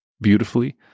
beautifully